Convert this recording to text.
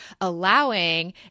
Allowing